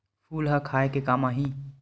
फूल ह खाये के काम आही?